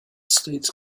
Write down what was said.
states